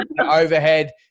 overhead